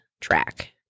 track